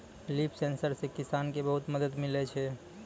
लिफ sensor से किसान के बहुत मदद मिलै छै